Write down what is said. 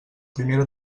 primera